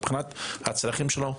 מבחינת הצרכים שלו,